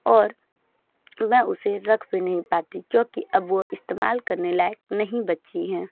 और मैं उसे रख भी नहीं पाती क्योंकि अब वो इस्तेमाल करने लायक नहीं बची हैं